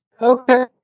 Okay